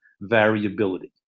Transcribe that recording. variability